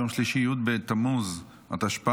יום שלישי י' בתמוז התשפ"ד,